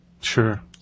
Sure